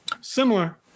similar